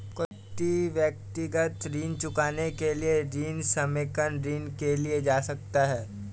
कोई व्यक्ति व्यक्तिगत ऋण चुकाने के लिए ऋण समेकन ऋण के लिए जा सकता है